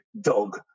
DOG